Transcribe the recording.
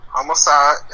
Homicide